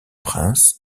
prince